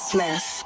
Smith